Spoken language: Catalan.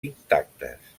intactes